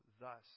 thus